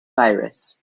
virus